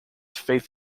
faith